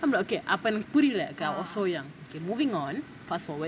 so I am like okay அப்போ எனக்கு புரியல:appo ennaku puriyala okay moving on fast forward